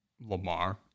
Lamar